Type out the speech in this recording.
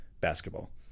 basketball